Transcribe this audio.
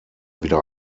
wieder